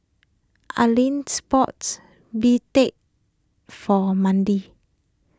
Allyn bought Bistake for Mendy